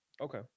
Okay